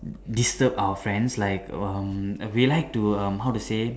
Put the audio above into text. disturb our friends like um we like to um how to say